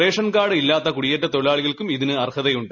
ration card ഇല്ലത്ത കുടിയേറ്റ തൊഴിലാളികൾക്ക് ഇത്തിന് അർഹതയുണ്ട്